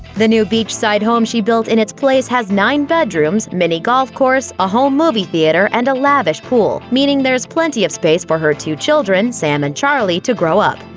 the new beach-side home she built in its place has nine bedrooms, mini-golf course, a home movie theater, and a lavish pool, meaning there's plenty of space for her two children, sam and charlie to grow up.